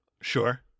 Sure